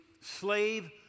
slave